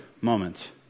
moment